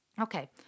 okay